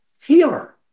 healer